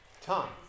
Tom